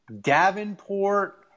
Davenport